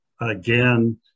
Again